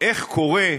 איך קורה,